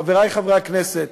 חברי חברי הכנסת,